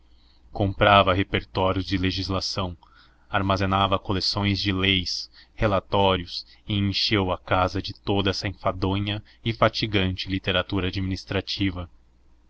comprava repertórios de legislação armazenava coleções de leis relatórios e encheu a casa de toda essa enfadonha e fatigante literatura administrativa